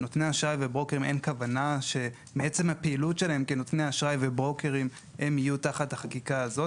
אין כוונה שמעצם הפעילות של נותני אשראי וברוקרים הם יהיו בחקיקה הזו.